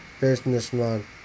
businessman